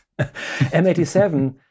M87